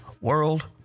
world